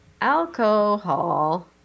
Alcohol